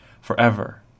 Forever